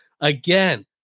Again